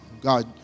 God